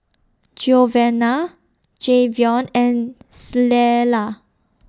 Giovanna Jayvion and Clella